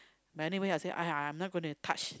but anyway I say !aiya! I'm not going to touch